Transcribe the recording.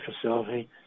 facility